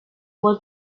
want